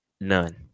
None